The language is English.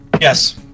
Yes